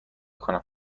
کنم